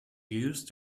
used